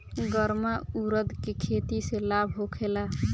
गर्मा उरद के खेती से लाभ होखे ला?